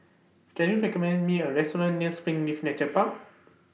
Can YOU recommend Me A Restaurant near Springleaf Nature Park